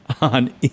on